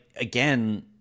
again